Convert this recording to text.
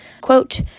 Quote